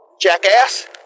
Jackass